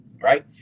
right